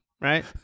Right